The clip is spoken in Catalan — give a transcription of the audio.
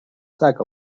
sac